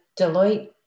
Deloitte